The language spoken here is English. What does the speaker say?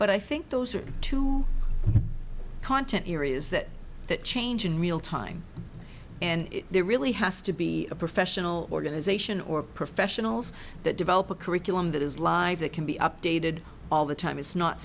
but i think those are two content areas that that change in real time and there really has to be a professional organization or professionals that develop a curriculum that is live that can be updated all the time it's not